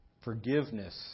Forgiveness